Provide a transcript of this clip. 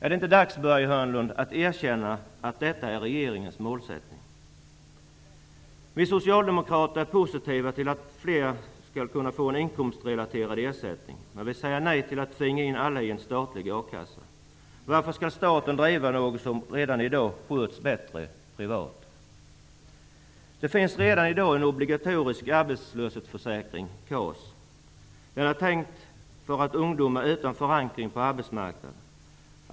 Är det inte dags, Börje Hörnlund, att erkänna att detta är regeringens målsättning? Vi socialdemokrater är positiva till att fler skall kunna få en inkomstrelaterad ersättning, men vi säger nej till att tvinga in alla i en statlig a-kassa. Varför skall staten driva något som redan i dag sköts bättre privat? Det finns redan i dag en obligatorisk arbetslöshetsförsäkring, KAS. Den är tänkt för ungdomar utan förankring på arbetsmarknaden.